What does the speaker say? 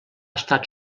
estat